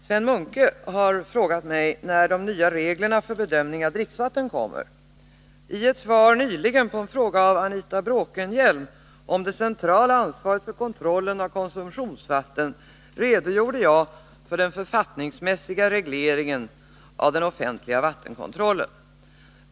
Herr talman! Sven Munke har frågat mig när de nya reglerna för bedömning av dricksvatten kommer. I mitt svar nyligen på en fråga av Anita Bråkenhielm om det centrala ansvaret för kontrollen av konsumtionsvatten redogjorde jag för den författningsmässiga regleringen av den offentliga vattenkontrollen.